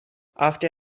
after